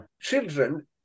Children